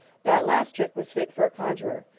that last trick was fit for a conjuror.